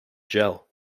jell